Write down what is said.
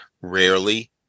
rarely